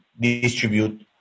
distribute